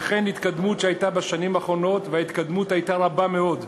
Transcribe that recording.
וכן ההתקדמות בשנים האחרונות, שהייתה רבה מאוד,